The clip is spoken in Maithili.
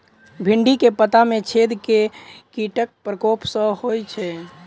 भिन्डी केँ पत्ता मे छेद केँ कीटक प्रकोप सऽ होइ छै?